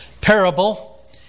parable